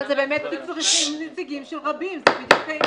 אבל זה באמת נציגים של רבים, זה בדיוק העניין.